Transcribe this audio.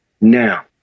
now